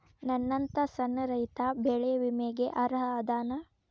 ನನ್ನಂತ ಸಣ್ಣ ರೈತಾ ಬೆಳಿ ವಿಮೆಗೆ ಅರ್ಹ ಅದನಾ?